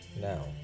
now